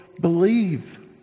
believe